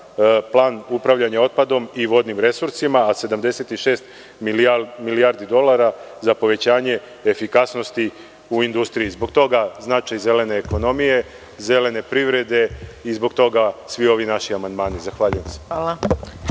plan upravljanja otpadom i vodnim resursima, a 76 milijardi dolara za povećanje efikasnosti u industriji. Zbog toga znači zelene ekonomije, zelene privrede i zbog toga svi ovi naši amandmani. Zahvaljujem se. **Maja